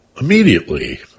immediately